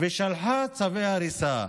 ושלחה צווי הריסה.